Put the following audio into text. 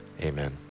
Amen